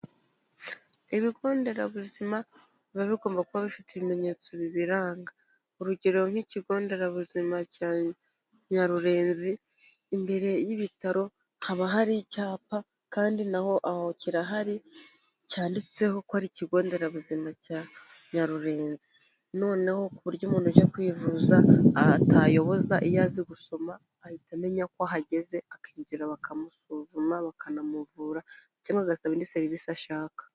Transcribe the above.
Ibigo Nderabuzima biba bigomba kuba bifite ibimenyetso bibiranga. Urugero nk'Ikigo Nderabuzima cya Nyarurenzi imbere y'ibitaro haba hari icyapa kandi na ho aho kirahari cyanditseho ko ari Ikigo Nderabuzima cya Nyarurenzi. Noneho ku buryo umuntu uje kwivuza atayoboza iyo azi gusoma, ahita amenya ko ahageze akinjira bakamusuzuma bakanamuvura cyangwa agasaba indi serivisi ashaka.